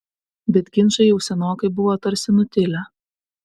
bet ginčai jau senokai buvo tarsi nutilę